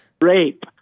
Rape